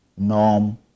norm